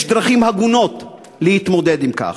יש דרכים הגונות להתמודד עם כך.